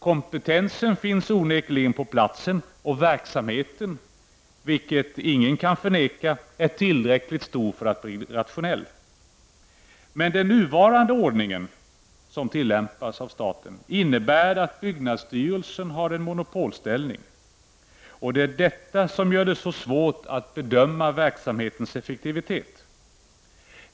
Kompetensen finns onekligen på platsen, och verksamheten är, vilket ingen kan förneka, tillräckligt stor för att bli rationell. Men den nuvarande ordningen innebär att byggnadsstyrelsen har en monopolställning, och det är detta som gör det så svårt att bedöma verksamhetens effektivitet.